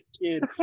kid